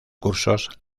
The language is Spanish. cursos